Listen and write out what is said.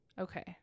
Okay